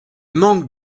manque